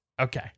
Okay